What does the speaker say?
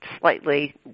slightly